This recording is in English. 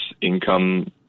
income